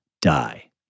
Die